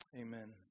Amen